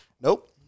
nope